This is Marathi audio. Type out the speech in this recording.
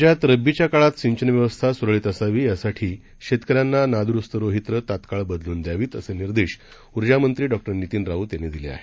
राज्यात रब्बीच्या काळात सिंचन व्यवस्था सुरळीत असावी यासाठी शेतकऱ्यांना नादुरुस्त रोहित्रे तात्काळ बदलून द्यावीत असे निर्देश ऊर्जामंत्री डॉक्टर नितीन राऊत यांनी दिले आहेत